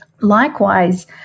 Likewise